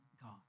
God